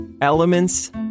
elements